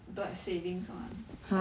don't have savings [one] like